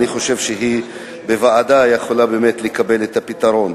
ואני חושב שהוועדה יכולה לקבל את הפתרון.